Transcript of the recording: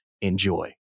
Enjoy